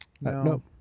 Nope